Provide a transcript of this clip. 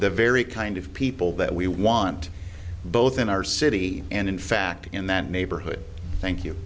the very kind of people that we want both in our city and in fact in that neighborhood thank you